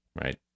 right